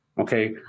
okay